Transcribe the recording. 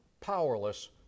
powerless